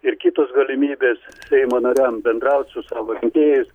ir kitos galimybės seimo nariam bendraut su savo rinkėjais